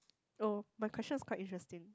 oh my question is quite interesting